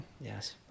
Yes